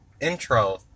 intro